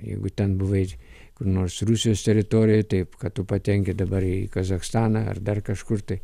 jeigu ten buvai kur nors rusijos teritorijoj taip kad tu patenki dabar į kazachstaną ar dar kažkur tai